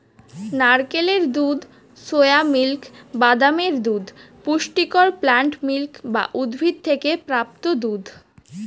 নারকেলের দুধ, soya milk, বাদামের দুধ পুষ্টিকর প্লান্ট মিল্ক বা উদ্ভিদ থেকে প্রাপ্ত দুধ